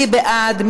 מי בעד?